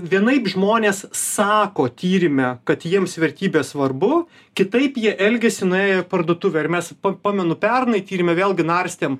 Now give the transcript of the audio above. vienaip žmonės sako tyrime kad jiems vertybės svarbu kitaip jie elgiasi nuėję į parduotuvę ar mes pamenu pernai tyrime vėlgi narstėm